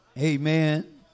Amen